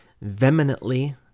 vehemently